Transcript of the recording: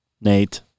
Nate